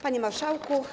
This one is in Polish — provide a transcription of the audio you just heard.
Panie Marszałku!